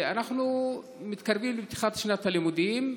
אנחנו מתקרבים לפתיחת שנת הלימודים.